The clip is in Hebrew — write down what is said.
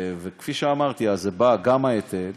וכפי שאמרתי אז, זה בא, גם ההיטל